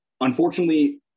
Unfortunately